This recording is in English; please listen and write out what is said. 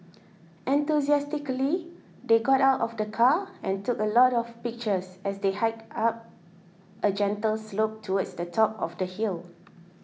enthusiastically they got out of the car and took a lot of pictures as they hiked up a gentle slope towards the top of the hill